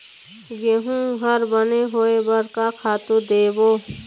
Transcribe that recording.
गेहूं हर बने होय बर का खातू देबो?